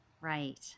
Right